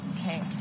Okay